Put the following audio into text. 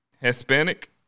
Hispanic